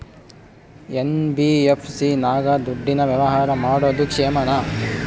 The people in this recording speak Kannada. ಎನ್.ಬಿ.ಎಫ್.ಸಿ ನಾಗ ದುಡ್ಡಿನ ವ್ಯವಹಾರ ಮಾಡೋದು ಕ್ಷೇಮಾನ?